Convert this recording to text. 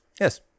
Yes